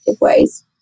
ways